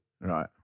Right